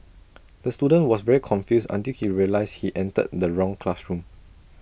the student was very confused until he realised he entered the wrong classroom